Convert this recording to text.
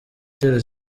itera